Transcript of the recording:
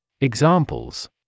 Examples